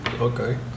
Okay